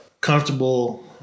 comfortable